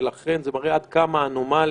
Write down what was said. ולכן זה מראה עד כמה אנומליה